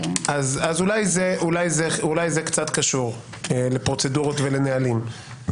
-- אולי זה קצת קשור לפרוצדורות ולנהלים.